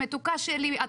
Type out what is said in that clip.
מתוקה שלי'',